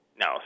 No